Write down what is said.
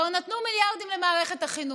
כבר נתנו מיליארדים למערכת החינוך.